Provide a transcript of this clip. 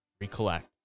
Recollect